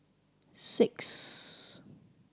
six